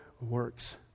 works